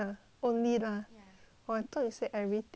!wah! I thought you said everything then I will say fuck you